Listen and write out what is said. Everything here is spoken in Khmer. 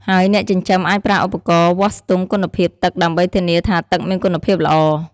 ហើយអ្នកចិញ្ចឹមអាចប្រើឧបករណ៍វាស់ស្ទង់គុណភាពទឹកដើម្បីធានាថាទឹកមានគុណភាពល្អ។